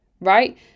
right